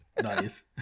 Nice